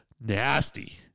Nasty